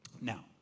Now